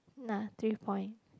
nah three point